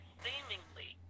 seemingly